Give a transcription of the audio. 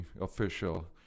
official